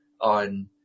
on